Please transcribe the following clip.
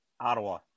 Ottawa